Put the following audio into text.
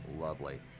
Lovely